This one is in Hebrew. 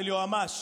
ליועמ"ש